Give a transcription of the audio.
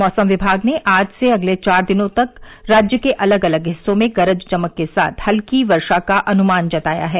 मौसम विभाग ने आज से अगले चार दिनों तक राज्य के अलग अलग हिस्सों में गरज चमक के साथ हल्की वर्षा का अनुमान जताया है